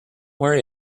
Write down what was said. worry